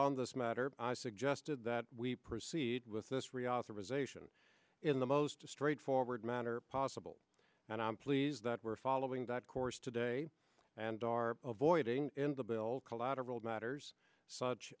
on this matter i suggested that we proceed with this reauthorization in the most straightforward manner possible and i'm pleased that we're following that course today and are avoiding in the bill collateral matters such